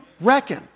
Reckon